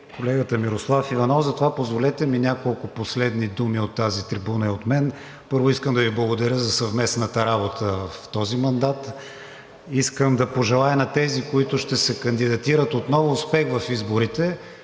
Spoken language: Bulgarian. колегата Мирослав Иванов, затова позволете ми няколко последни думи от тази трибуна и от мен. Първо, искам да Ви благодаря за съвместната работа в този мандат. Искам да пожелая на тези, които ще се кандидатират отново, успех в изборите.